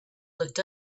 looked